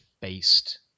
based